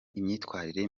imyitwarire